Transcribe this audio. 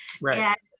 Right